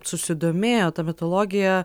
susidomėjot ta mitologija